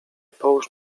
połóż